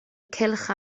cylch